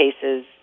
cases